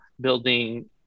building